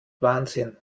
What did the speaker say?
wahnsinn